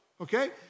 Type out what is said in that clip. okay